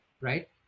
right